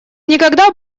никогда